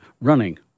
running